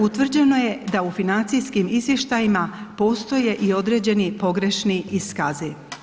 Utvrđeno je da u financijskim izvještajima postoje i određeni pogrešni iskazi.